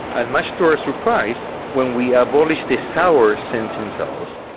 and much to our surprise when we abolished the sour sensing cells,